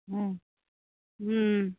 হুম হুম